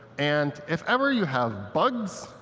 and if ever you have bugs,